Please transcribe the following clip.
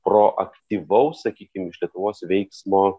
proaktyvaus sakykim iš lietuvos veiksmo